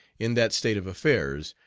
in that state of affairs,